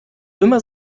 immer